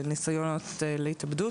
לניסיון להתאבדות,